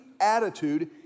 attitude